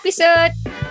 episode